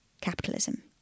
capitalism